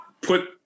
put